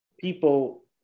people